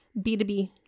B2B